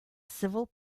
civil